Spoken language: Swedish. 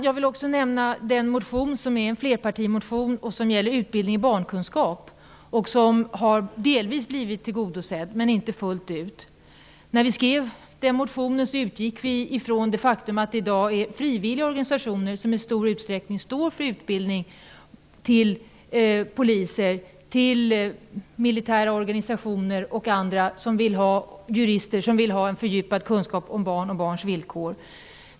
Jag vill även nämna den flerpartimotion som gäller utbildning i barnkunskap. Den har delvis blivit tillgodosedd men inte fullt ut. När vi skrev den motionen, utgick vi från det faktum att det i dag i stor utsträckning är frivilliga organisationer som står för utbildningen till poliser, till militära organisationer samt till jurister och andra som vill ha en fördjupad kunskap om barn och barns villkor.